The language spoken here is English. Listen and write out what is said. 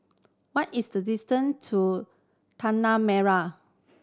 what is the distance to Tanah Merah